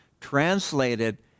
Translated